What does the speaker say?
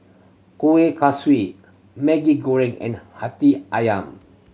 Kueh Kaswi Maggi Goreng and Hati Ayam